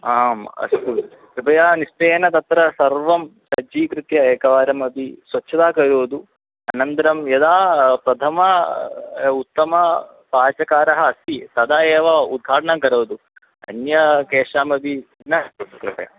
आम् अस्तु कृपया निश्चयेन तत्र सर्वं सज्जीकृत्य एकवारमपि स्वच्छतां करोतु अनन्तरं यदा प्रथमम् उत्तमः पाचकः अस्ति तदा एव उद्घाटनं करोतु अन्यत् केषामपि न कृपया